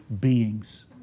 beings